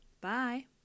Bye